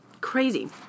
Crazy